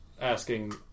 asking